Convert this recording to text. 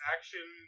Action